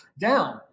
down